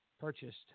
purchased